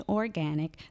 organic